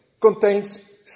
contains